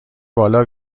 بالا